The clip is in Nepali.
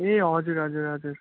ए हजुर हजुर हजुर